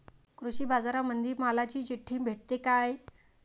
कृषीबाजारामंदी मालाची चिट्ठी भेटते काय?